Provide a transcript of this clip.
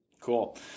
Cool